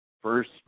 first